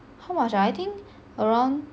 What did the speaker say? how much ah I think around